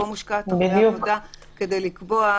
פה מושקעת הרבה עבודה כדי לקבוע.